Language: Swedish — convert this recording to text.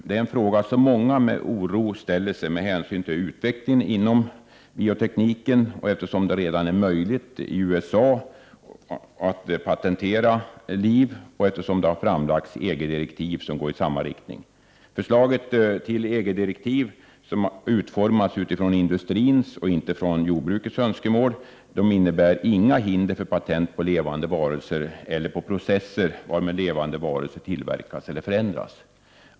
Det är en fråga som många med oro ställer sig med hänsyn till utvecklingen inom biotekniken och eftersom det redan är möjligt i USA att patentera liv och förslag framlagts till EG-direktiv som går i samma riktning. Förslaget till EG-direktiv, som utformats utifrån industrins och inte jordbrukets önskemål, innebär inga hinder för patent på levande varelser eller på processer varmed levande varelser tillverkas eller förändras.